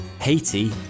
Haiti